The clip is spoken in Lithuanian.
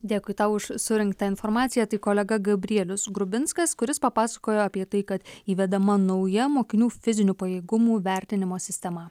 dėkui tau už surinktą informaciją tai kolega gabrielius grubinskas kuris papasakojo apie tai kad įvedama nauja mokinių fizinių pajėgumų vertinimo sistema